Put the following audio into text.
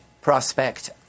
prospect